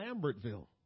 Lambertville